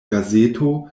gazeto